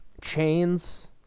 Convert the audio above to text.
chains